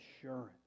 assurance